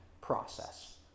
process